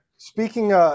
Speaking